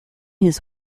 his